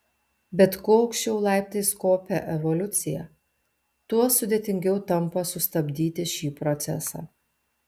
bet kuo aukščiau laiptais kopia evoliucija tuo sudėtingiau tampa sustabdyti šį procesą